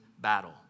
battle